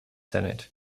senate